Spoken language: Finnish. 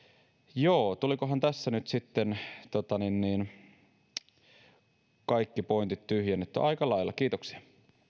joo tulikohan tässä nyt sitten kaikki pointit tyhjennettyä aika lailla kiitoksia